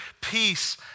peace